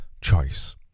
choice